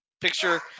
picture